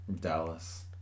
Dallas